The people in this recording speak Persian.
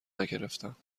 نگرفتم